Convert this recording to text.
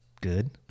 good